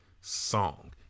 song